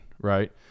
right